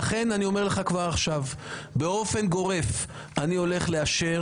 לכן אני אומר לך כבר עכשיו שבאופן גורף אני הולך לאשר